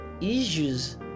issues